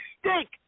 stink